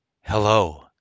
Hello